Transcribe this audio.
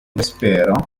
vespero